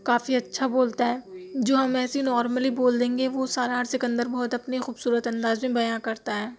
کافی اچھا بولتا ہے جو ہم ایسی نارملی بول دیں گے وہ سارا اور سکندر بہت اپنے خوبصورت انداز میں بیاں کرتا ہے